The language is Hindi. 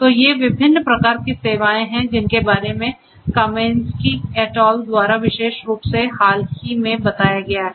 तो ये विभिन्न प्रकार की सेवाएं हैं जिनके बारे में Kamienski et al द्वारा विशेष रूप से हाल ही मे बताया गया है